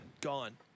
Gone